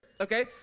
Okay